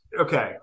Okay